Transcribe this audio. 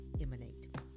emanate